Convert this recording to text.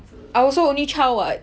I also only child [what]